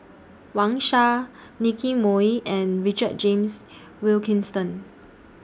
Wang Sha Nicky Moey and Richard James Wilkinson